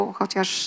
chociaż